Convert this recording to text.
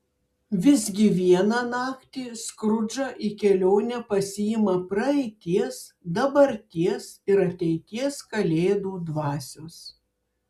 visgi vieną naktį skrudžą į kelionę pasiima praeities dabarties ir ateities kalėdų dvasios